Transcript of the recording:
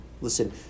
Listen